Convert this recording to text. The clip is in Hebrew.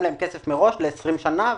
לשלם להם מראש לעשרים שנה.